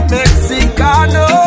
Mexicano